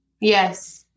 Yes